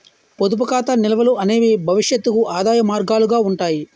పొదుపు ఖాతా నిల్వలు అనేవి భవిష్యత్తుకు ఆదాయ మార్గాలుగా ఉంటాయి